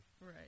Right